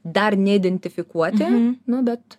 dar neidentifikuoti nu bet